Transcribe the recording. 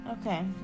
Okay